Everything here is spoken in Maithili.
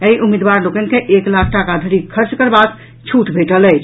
एहि उम्मीदवार लोकनि के एक लाख टाका धरिक खर्च करबाक छूट भेटल अछि